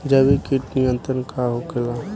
जैविक कीट नियंत्रण का होखेला?